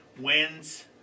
wins